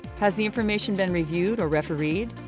has the information been reviewed or refereed?